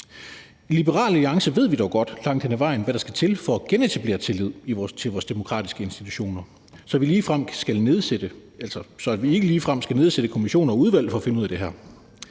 I Liberal Alliance ved vi dog godt langt hen ad vejen, hvad der skal til for at genetablere tilliden til vores demokratiske institutioner, så vi ikke ligefrem skal nedsætte kommissioner og udvalg for at finde ud af det her.